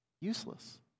useless